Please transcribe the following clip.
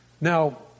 Now